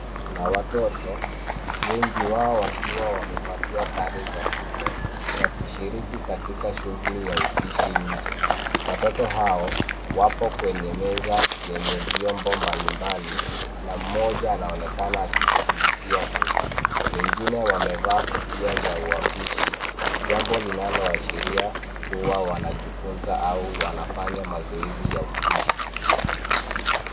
Kuna watoto kadhaa, wengi wao wakiwa wamevalia sare safi, wakishiriki katika shughuli ya upishi nje. Wamekusanyika karibu na meza yenye vyombo mbalimbali, na mmoja anaonekana akishughulikia kuku. Baadhi yao pia wamevaa nguo maalum za upishi, jambo linaloonyesha kuwa wanajifunza au wanafanya mazoezi ya upishi